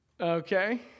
Okay